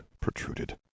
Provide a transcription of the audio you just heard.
protruded